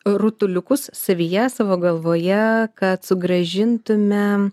rutuliukus savyje savo galvoje kad sugrąžintume